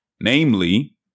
namely